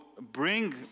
bring